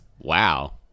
Wow